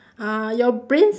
uh your brain s~